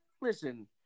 listen